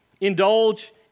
Indulge